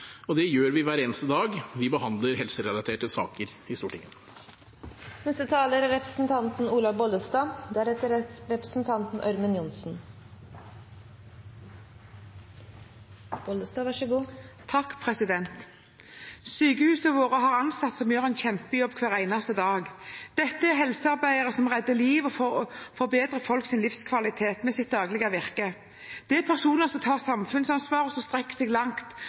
helsetjenester. Det gjør vi hver eneste dag når vi behandler helserelaterte saker i Stortinget. Sykehusene våre har ansatte som gjør en kjempejobb hver eneste dag. Dette er helsearbeidere som redder liv og forbedrer folks livskvalitet med sitt daglige virke. Det er personer som tar samfunnsansvar, og som strekker seg så langt